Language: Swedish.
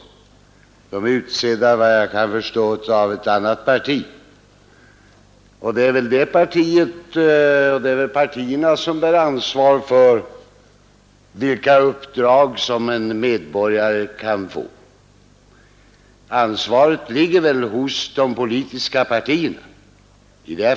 Några av dem är efter vad jag kan förstå utsedda av ett annat parti. Det är partierna som bär ansvar för vilka uppdrag som en medborgare kan få. Ansvaret ligger hos de politiska partierna.